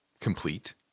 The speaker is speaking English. complete